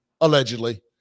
allegedly